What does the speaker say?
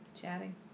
chatting